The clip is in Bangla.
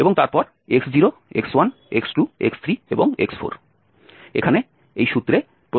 এবং তারপর x0 x1 x2 x3 এবং x4 এখানে এই সূত্রে প্রতিস্থাপিত হয়েছে